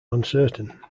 uncertain